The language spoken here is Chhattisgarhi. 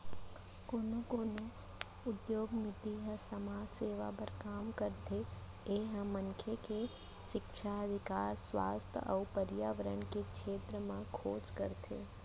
कोनो कोनो उद्यमिता ह समाज सेवा बर काम करथे ए ह मनसे के सिक्छा, अधिकार, सुवास्थ अउ परयाबरन के छेत्र म खोज करथे